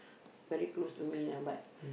very close to me ah but